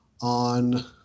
on